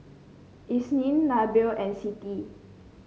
Isnin Nabil and Siti